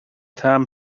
tam